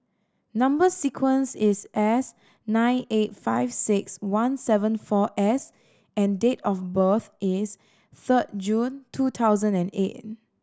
number sequence is S nine eight five six one seven four S and date of birth is third June two thousand and eight